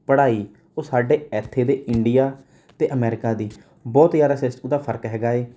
ਪੜ੍ਹਾਈ ਉਹ ਸਾਡੇ ਇੱਥੇ ਦੇ ਇੰਡੀਆ ਅਤੇ ਅਮੈਰੀਕਾ ਦੀ ਬਹੁਤ ਜ਼ਿਆਦਾ ਸਿਸ ਓਹਦਾ ਫਰਕ ਹੈਗਾ ਏ